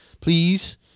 Please